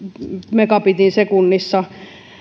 megabittiä sekunnissa